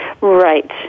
Right